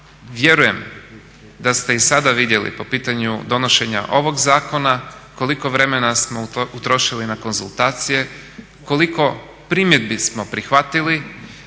vjerujem da ste i sada vidjeli po pitanju donošenja ovog zakona koliko vremena smo utrošili na konzultacije, koliko primjedbi smo prihvatili,